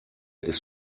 ist